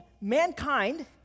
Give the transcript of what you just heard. mankind